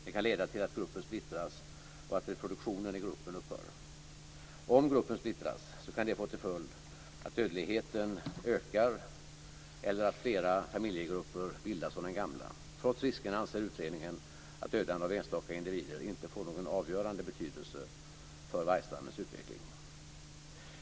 Det kan leda till att gruppen splittras och att reproduktionen i gruppen upphör. Om gruppen splittras kan det få till följd att dödligheten ökar eller att flera familjegrupper bildas av den gamla. Trots riskerna anser utredningen att dödande av enstaka individer inte får någon avgörande betydelse för vargstammens utveckling.